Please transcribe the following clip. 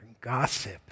gossip